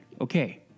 Okay